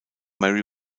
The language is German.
mary